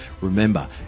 Remember